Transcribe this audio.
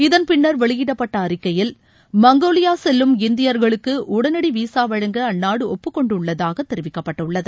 இதன் பின்னர் வெளியிடப்பட்ட அறிக்கையில் மங்கோலியா செல்லும் இந்தியர்களுக்கு உடனடி வீசா வழங்க அந்நாடு ஒப்பு கொண்டுள்ளதாக தெரிவிக்கப்பட்டுள்ளது